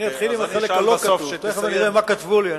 אני אתחיל עם החלק הלא-כתוב ואחר כך אני אקרא את מה שכתבו לי.